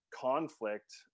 conflict